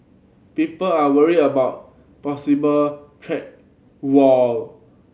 people are worried about possible trade war